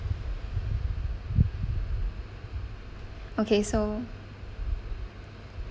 okay so